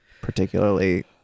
particularly